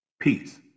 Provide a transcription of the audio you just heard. Peace